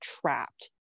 trapped